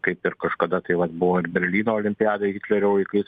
kaip ir kažkada tai vat buvo ir berlyno olimpiadoj hitlerio laikais